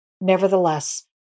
Nevertheless